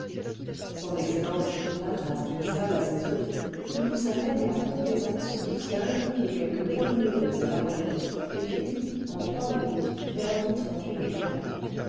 son excellence ne fit pas grâce d'une salle à ses hôtes il poussa même la complaisance jusqu'à indiquer quelques bons numéros à la roulette et philippe en trois minutes perdit trente-huit mille francs